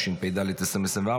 התשפ"ד 2024,